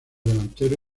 delantero